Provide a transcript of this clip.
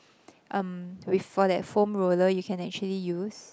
um with for that foam roller you can actually use